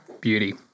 beauty